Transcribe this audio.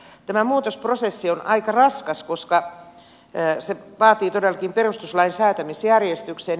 tämä muutosprosessi on aika raskas koska se vaatii todellakin perustuslain säätämisjärjestyksen